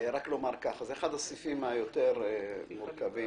רק אומר שזה אחד הסעיפים היותר מורכבים,